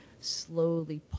slowly